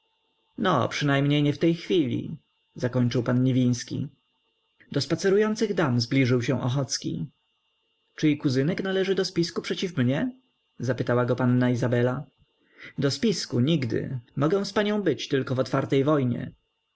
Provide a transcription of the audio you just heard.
no przynajmniej nie w tej chwili zakończył pan niwiński do spacerujących pań zbliżył się ochocki czy i kuzynek należy do spisku przeciw mnie zapytała go panna izabela do spisku nigdy mogę z panią być tylko w otwartej wojnie